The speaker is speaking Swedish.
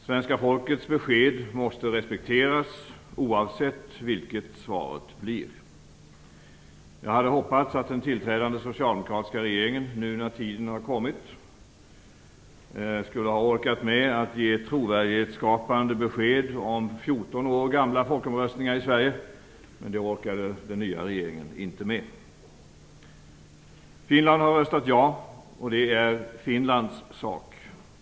Svenska folkets besked måste respekteras - oavsett vilket svaret blir. Jag hade hoppats att den tillträdande socialdemokratiska regeringen nu när tiden har kommit skulle ha orkat med att ge trovärdighetsskapande besked om 14 år gamla folkomröstningar i Sverige, men det orkade den nya regeringen inte med. Finland har röstat ja. Det är Finlands sak.